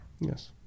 Yes